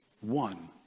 one